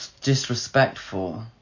disrespectful